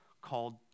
called